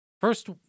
First